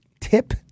tip